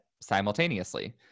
simultaneously